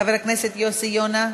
חבר הכנסת יוסי יונה,